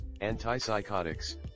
Antipsychotics